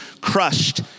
crushed